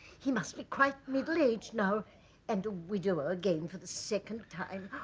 he must be quite middle-aged now and a widower again for the second time.